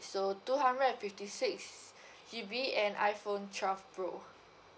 so two hundred and fifty six G_B and iPhone twelve pro